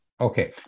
Okay